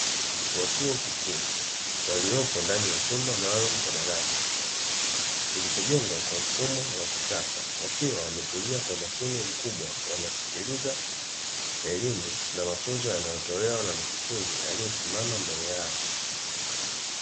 Wanafunzi wa chuo kikuu waliopo ndani ya chumba maalumu cha darasa, kilichojengwa kwa mfumo wa kisasa, wakiwa wametulia kwa umakini mkubwa wanasikiliza elimu na mafunzo yanayotolewa na mkufunzi aliesimama mbele yao.